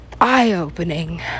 eye-opening